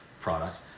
product